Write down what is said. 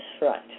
right